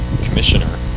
commissioner